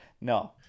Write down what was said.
No